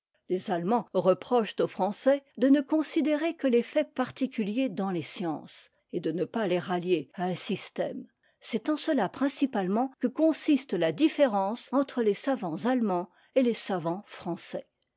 les allemands reprochent aux français de ne considérer que les faits particuliers dans les sciences et de ne pas les rallier à un système c'est en cela principalement que consiste la différence entre les savants allemands et les savants français